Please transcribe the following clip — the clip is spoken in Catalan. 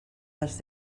les